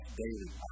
daily